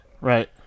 Right